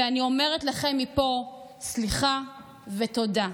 ואני אומרת לכם מפה סליחה ותודה.